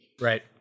Right